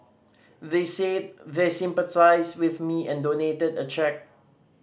they said they sympathised with me and donated a cheque